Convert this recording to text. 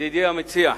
ידידי המציע,